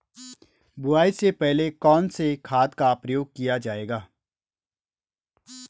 बुआई से पहले कौन से खाद का प्रयोग किया जायेगा?